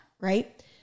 right